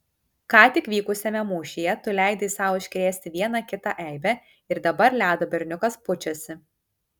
ką tik vykusiame mūšyje tu leidai sau iškrėsti vieną kitą eibę ir dabar ledo berniukas pučiasi